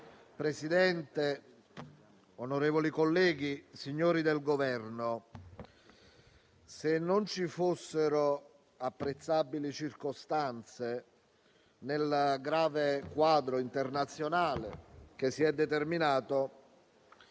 Presidente, onorevoli colleghi, signori del Governo, se non ci fossero apprezzabili circostanze nel grave quadro internazionale che si è determinato,